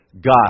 God